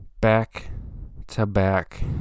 back-to-back